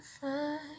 find